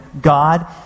God